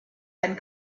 ein